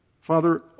Father